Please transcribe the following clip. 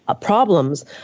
problems